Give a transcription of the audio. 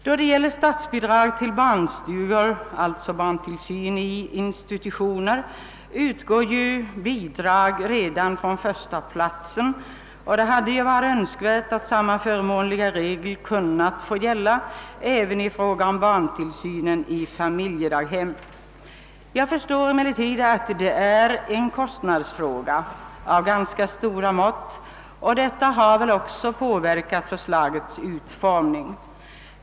Då det gäller statsbidrag till barnstugor, d.v.s. barntillsyn i institutioner, utgår bidrag redan från första platsen, och det hade varit önskvärt att samma förmånliga regel kunnat få gälla även i fråga om barntillsynen i familjedaghem. Jag förstår emellertid att det är en kostnadsfråga av ganska stora mått, och detta har väl också påverkat förslagets utformning.